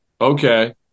Okay